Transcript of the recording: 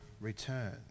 return